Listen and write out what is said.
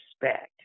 respect